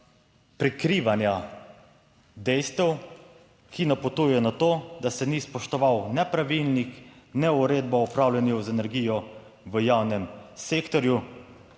prikrivanja dejstev, ki napotuje na to, da se ni spoštoval ne pravilnik, ne Uredba o upravljanju z energijo v javnem sektorju,